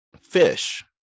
fish